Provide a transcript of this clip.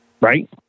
right